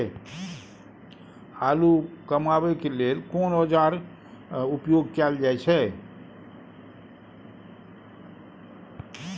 आलू कमाबै के लेल कोन औाजार उपयोग कैल जाय छै?